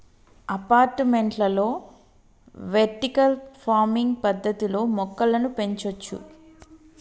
అపార్టుమెంట్లలో vertical farming పద్దతిలో మొక్కలను పెంచొచ్చు